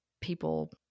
people